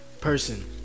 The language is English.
person